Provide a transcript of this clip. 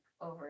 over